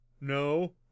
no